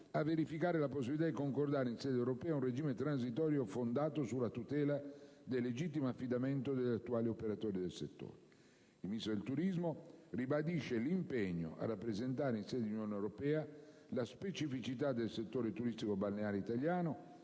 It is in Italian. un nuovo regime concorrenziale, a verificare la possibilità di concordare in sede europea un regime transitorio fondato sulla tutela del legittimo affidamento degli attuali operatori del settore. Il Ministro del turismo ribadisce l'impegno a rappresentare in sede di Unione europea la specificità del settore turistico-balneare italiano